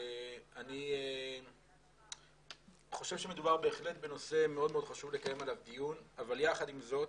אני חושב שמדובר בנושא שמאוד מאוד חשוב לקיים עליו דיון אבל יחד עם זאת